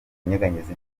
kunyeganyeza